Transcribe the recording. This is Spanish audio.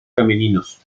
femeninos